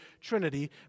Trinity